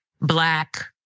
Black